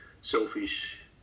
selfish